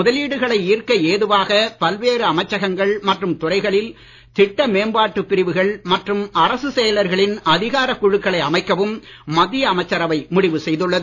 முதலீடுகளை ஈர்க்க ஏதுவாக பல்வேறு அமைச்சகங்கள் மற்றும் துறைகளில் திட்ட மேம்பாட்டு பிரிவுகள் மற்றும் அரசுச் செயலர்களின் அதிகாரக் குழுக்களை அமைக்கவும் மத்திய அமைச்சரவை முடிவு செய்துள்ளது